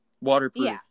waterproof